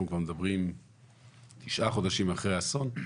אנחנו כבר מדברים תשעה חודשים אחרי האסון,